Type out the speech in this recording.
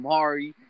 Mari